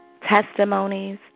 testimonies